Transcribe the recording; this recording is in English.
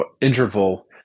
interval